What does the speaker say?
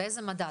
באיזה מדד?